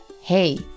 Hey